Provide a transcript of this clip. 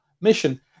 mission